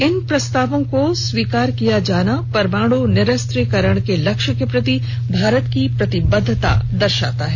इन प्रस्तासवों को स्वीमकार किया जाना परमाण निरस्त्रीकरण के लक्ष्य को प्रति भारत की प्रतिबद्धता दर्शाता है